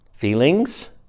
Feelings